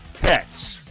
pets